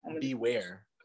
beware